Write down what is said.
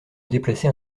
déplacer